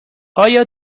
آیا